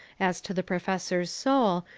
as to the professor's soul,